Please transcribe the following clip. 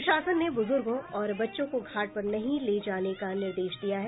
प्रशासन ने बुजुर्गो और बच्चों को घाट पर नहीं ले जाने का निर्देश दिया है